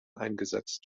eingesetzt